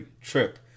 trip